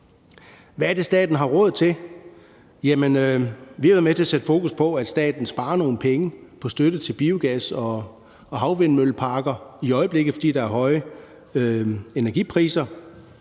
Hvad er det, staten har råd til det? Vi har været med til at sætte fokus på, at staten sparer nogle penge på støtte til biogas og havvindmølleparker i øjeblikket, fordi der er høje energipriser.